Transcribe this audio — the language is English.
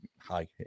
Hi